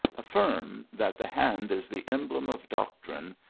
affirm, that the hand is the emblem of doc trine,